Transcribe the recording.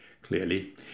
Clearly